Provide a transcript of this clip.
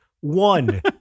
one